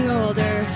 older